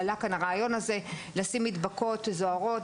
לשים מדבקות זוהרות,